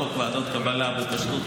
חוק ועדות הקבלה בפשטות,